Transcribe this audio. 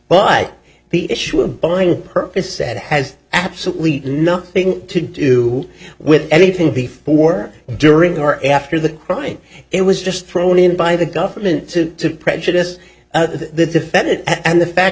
but the issue of buying percocet has absolutely nothing to do with anything before during or after the crime it was just thrown in by the government to prejudice the defendant and the fact